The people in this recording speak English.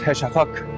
shafaq.